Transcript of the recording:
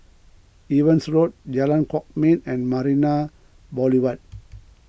Evans Road Jalan Kwok Min and Marina Boulevard